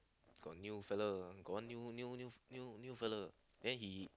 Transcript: got new fella got one new new new new fella then he